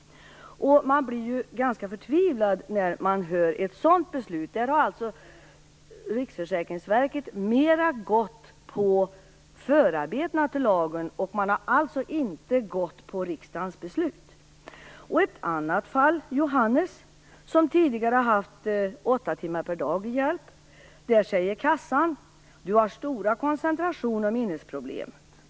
Man blir ju ganska förtvivlad när man hör ett sådant beslut. Här har alltså Riksförsäkringsverket gått mera på förarbetena till lagen än på riksdagens beslut. Ett annat fall rör Johannes, som tidigare har haft hjälp 8 timmar per dag. Där säger kassan: "Du har stora koncentrations och minnesproblem.